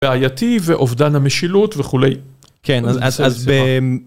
בעייתי ואובדן המשילות וכולי כן אז.